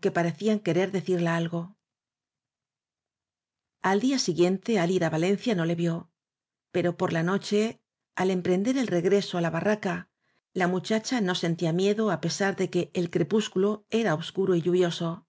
que parecíanquerer decirla algo al día siguiente al ir á valencia no le vió pero por la noche al emprender el regreso á la barraca la muchacha no sentía miedo á pesar de que el crepúsculo era obscuro y lluvioso